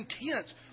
intense